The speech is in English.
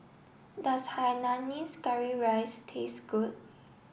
does Hainanese Curry Rice taste good